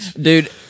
Dude